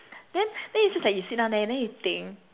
then then it seems like you sit down there then you think